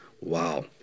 Wow